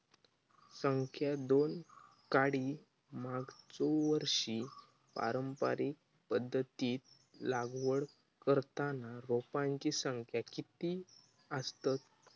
संख्या दोन काडी मागचो वर्षी पारंपरिक पध्दतीत लागवड करताना रोपांची संख्या किती आसतत?